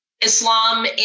Islam